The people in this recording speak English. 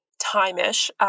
time-ish